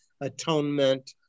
atonement